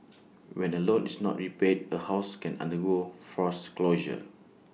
when A loan is not repaid A house can undergo forth closure